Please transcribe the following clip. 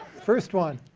first one,